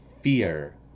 fear